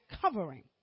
covering